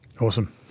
Awesome